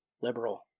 liberal